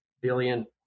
billion